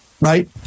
right